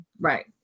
Right